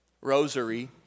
rosary